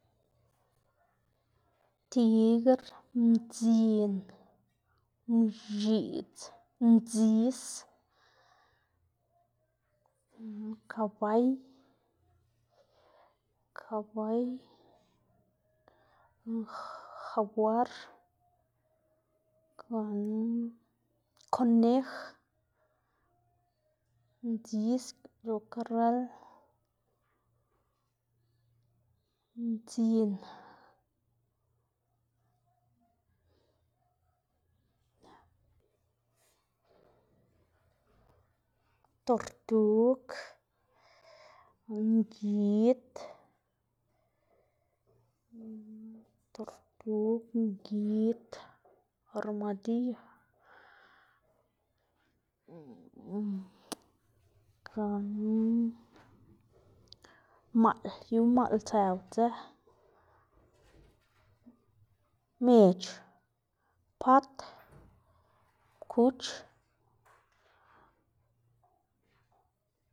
tigr, mdzin, mx̱iꞌdz, ndzis, kabay, kabay, jagwar gana konej, ndzis yu karrel mdzin, tortug, ngid, tortug, ngid, armadiyo, gana maꞌl yu maꞌl tsëw dze mec̲h̲, pat, kuch.